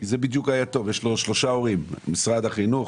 יש לו שלושה הורים משרד החינוך,